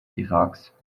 iraks